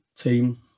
team